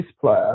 player